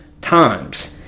times